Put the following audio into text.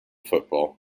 football